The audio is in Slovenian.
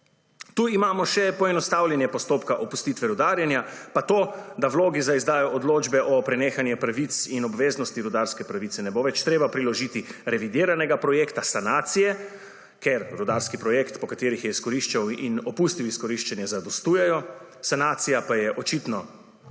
Tukaj imamo še poenostavljanje postopka opustitve rudarjenja, pa to da vloge za izdajo odločbe o prenehanju pravic in obveznosti rudarske pravice ne bo več treba priložiti revidiranega projekta sanacije, ker rudarski projekt po katerih je izkoriščal in opustil izkoriščanje zadostujejo, sanacija pa je očitno tretja